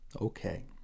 okay